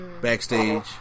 backstage